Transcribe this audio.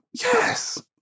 Yes